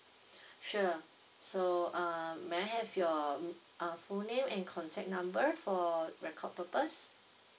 sure so uh may I have your um uh full name and contact number for record purpose